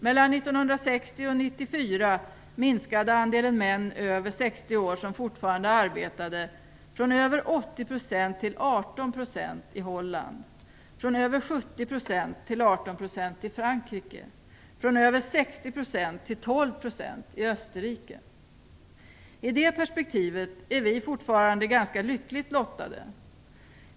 Mellan 1960 och 1994 minskade andelen män över 60 år som fortfarande arbetade från över 80 % till 18 % i Holland, från över 70 % till I det perspektivet är vi fortfarande ganska lyckligt lottade.